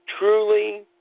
truly